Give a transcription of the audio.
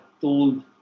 told